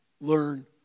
learn